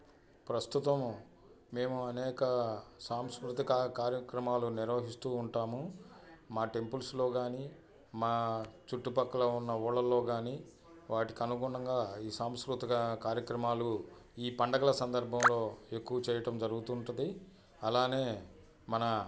ప్రస్తుతము మేము అనేక సాంస్కృతిక కార్యక్రమాలు నిర్వహిస్తూ ఉంటాము మా టెంపుల్స్లో కాని మా చుట్టుపక్కల ఉన్న ఊళ్ళల్లో కాని వాటికి అనుగుణంగా ఈ సంస్కృతిక కార్యక్రమాలు ఈ పండుగల సందర్భంలో ఎక్కువ చేయటం జరుగుతుంటుంది అలానే మన